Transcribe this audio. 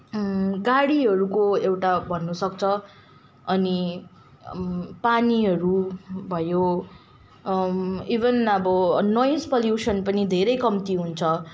गाडीहरूको एउटा भन्नसक्छ अनि पानीहरू भयो इभन अब नोइज पल्युसन पनि धेरै कम्ती हुन्छ